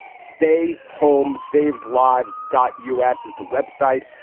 stay home saves lives. dot u s. is the web site.